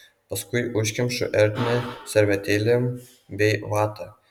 paskui užkemšu ertmę servetėlėm bei vata